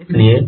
इसलिए